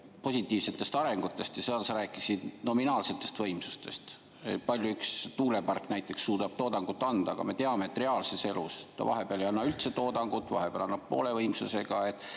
positiivsest arengust ja sa rääkisid nominaalsest võimsusest, kui palju üks tuulepark suudab toodangut anda, aga me teame, et reaalses elus ta vahepeal ei anna üldse toodangut, vahepeal [töötab] poole võimsusega.